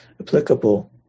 applicable